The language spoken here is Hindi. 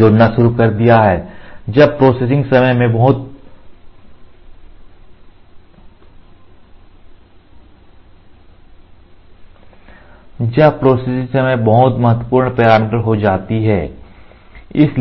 जोड़ना शुरू कर दिया है जब प्रोसेसिंग समय महत्वपूर्ण पैरामीटर हो जाता है